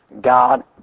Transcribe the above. God